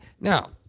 Now